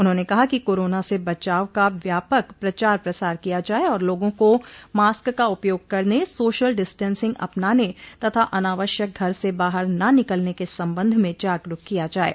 उन्होंने कहा कि कोरोना से बचाव का व्यापक प्रचार प्रसार किया जाये और लोगों को मास्क का उपयोग करने सोशल डिस्टेंसिंग अपनाने तथा अनावश्यक घर से बाहर न निकलने के संबंध में जागरूक किया जाये